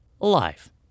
alive